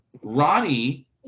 Ronnie